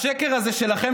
השקר הזה שלכם,